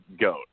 goat